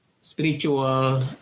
spiritual